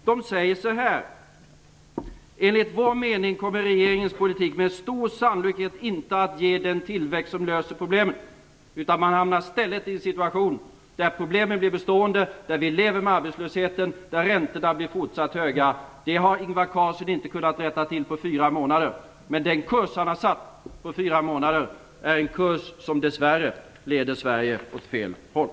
De säger så här: Enligt vår mening kommer regeringens politik med stor sannolikhet inte att ge den tillväxt som löser problemen, utan man hamnar ständigt i en situation där problemen blir bestående, där vi lever med arbetslösheten, där räntorna blir fortsatt höga. Det har Ingvar Carlsson inte kunnat rätta till på fyra månader, men den kurs som han har haft under dessa fyra månader är en kurs som dess värre leder Sverige åt fel håll.